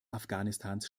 afghanistans